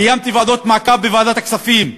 קיימתי ועדות מעקב בוועדת הכספים,